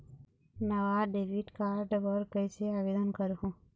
नावा debit card बर कैसे आवेदन करहूं?